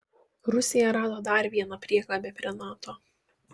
rusija rado dar vieną priekabę prie nato